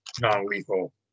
non-lethal